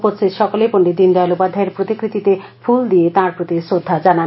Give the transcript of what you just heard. উপস্থিত সকলে পণ্ডিত দিনদয়াল উপাধ্যায়ের পতিকৃতিতে ফুল দিয়ে তার প্রতি শ্রদ্ধা জানান